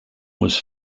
was